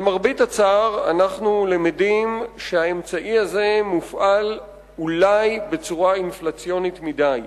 למרבה הצער אנחנו למדים שהאמצעי הזה מופעל אולי בצורה אינפלציונית מדי.